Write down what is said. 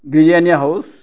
biryani house